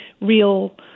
real